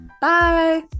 Bye